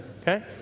okay